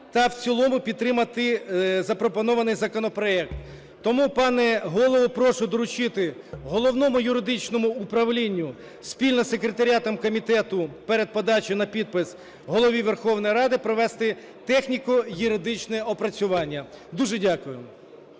та в цілому підтримати запропонований законопроект. Тому, пане Голово, прошу доручити Головному юридичному управлінню спільно з секретаріатом комітету перед подачею на підпис Голові Верховної Ради провести техніко-юридичне опрацювання. Дуже дякую.